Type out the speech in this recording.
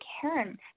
Karen